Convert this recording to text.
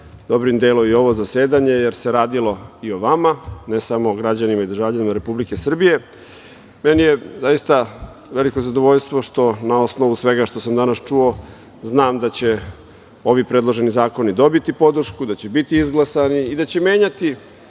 dobrim delom i ovo zasedanje, jer se radilo i o vama, ne samo o građanima i državljanima Republike Srbije. Meni je zaista veliko zadovoljstvo što na osnovu svega što sam danas čuo znam da će ovi predloženi zakoni dobiti podršku, da će biti izglasani i da će menjati